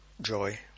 joy